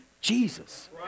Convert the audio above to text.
Jesus